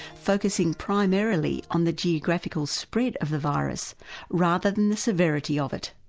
focusing primarily on the geographical spread of the virus rather than the severity of it.